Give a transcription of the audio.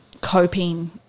coping